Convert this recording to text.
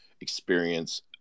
experience